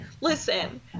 listen